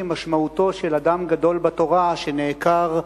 משמעותו של אדם גדול בתורה שנעקר מנופנו.